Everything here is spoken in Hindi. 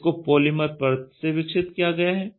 इसको पॉलीमर परत से विकसित किया गया है